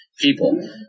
people